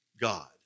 God